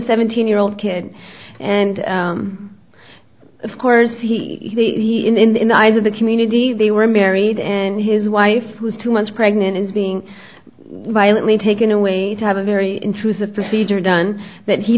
seventeen year old kid and of course he in the eyes of the community they were married and his wife was two months pregnant and being violently taken away to have a very intrusive procedure done that he